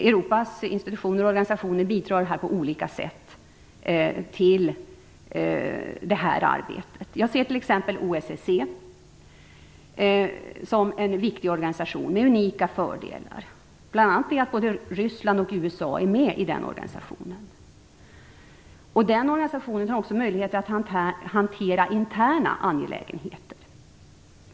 Europas institutioner och organisationer bidrar på olika sätt till det här arbetet. Jag ser t.ex. OSSE som en viktig organisation med unika fördelar. Bl.a. är både Ryssland och USA med i den organisationen. Den organisationen har också möjlighet att hantera interna angelägenheter.